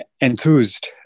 enthused